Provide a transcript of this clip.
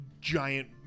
giant